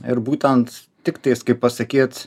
ir būtent tiktas kaip pasakyt